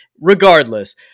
regardless